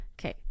Okay